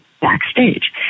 backstage